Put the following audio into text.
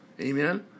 Amen